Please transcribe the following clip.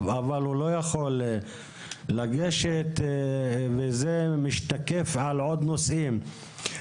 והוא לא יכול לגשת זה משתקף בנושאים נוספים כמו: